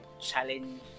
challenge